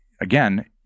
again